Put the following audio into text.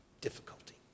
difficulty